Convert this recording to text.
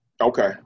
Okay